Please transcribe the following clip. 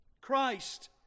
Christ